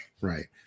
right